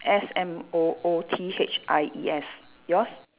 S M O O T H I E S yours